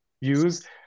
use